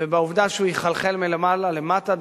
ובעובדה שהוא יחלחל מלמעלה למטה,